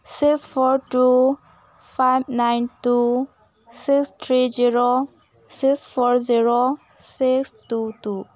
six four two five nine two six three zero six four zero six two two